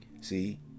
See